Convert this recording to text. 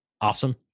awesome